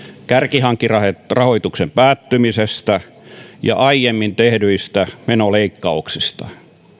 kärkihankerahoituksen päättymisestä ja aiemmin tehdyistä menoleikkauksista